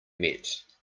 met